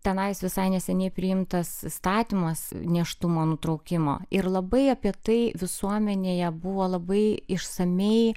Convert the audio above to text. tenais visai neseniai priimtas įstatymas nėštumo nutraukimo ir labai apie tai visuomenėje buvo labai išsamiai